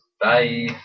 Bye